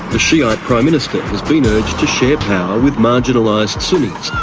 the shiite prime minister has been urged to share power with marginalised sunnis,